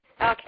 Okay